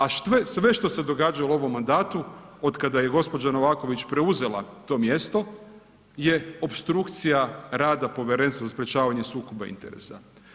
A sve što se događalo u ovom mandatu od kada je gospođa Novaković preuzela to mjesto je opstrukcija rada Povjerenstva za sprječavanje sukoba interesa.